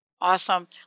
Awesome